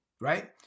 right